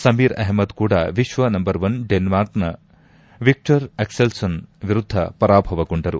ಸಮೀರ್ ಅಹಮದ್ ಕೂಡ ವಿಶ್ವ number one ಡೆನ್ಮಾರ್ಕ್ನ ಆಕ್ಸೆಲ್ಸನ್ ವಿರುದ್ದ ಪರಾಭವಗೊಂಡರು